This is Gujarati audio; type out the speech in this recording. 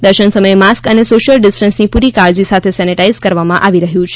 દર્શન સમયે માસ્ક અને સોશિયલ ડિસ્ટન્સની પુરી કાળજી સાથે સેનેટાઇઝ કરવામાં આવી રહ્યું છે